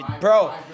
bro